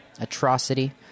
atrocity